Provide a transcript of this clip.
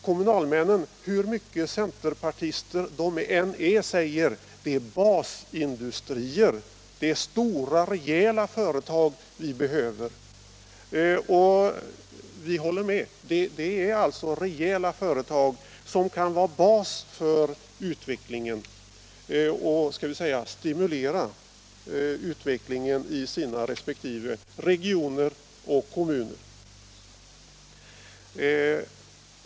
Kommunalmännen, hur mycket centerpartister de än är, säger: Det är basindustrier — stora, rejäla företag — som behövs! Och vi håller med. Det är rejäla företag som skall utgöra basen och stimulera utvecklingen i sina resp. regioner och kommuner.